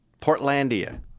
Portlandia